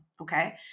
Okay